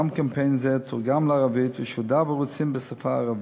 גם קמפיין זה תורגם לערבית ושודר בערוצים בשפה הערבית.